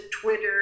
twitter